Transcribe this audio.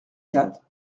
quatre